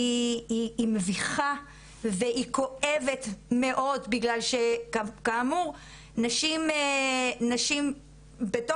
היא מביכה והיא כואבת מאוד בגלל שכאמור נשים בתוך